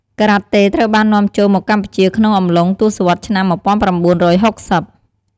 ការ៉ាតេត្រូវបាននាំចូលមកកម្ពុជាក្នុងអំឡុងទសវត្សរ៍ឆ្នាំ១៩៦០។